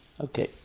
Okay